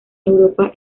europa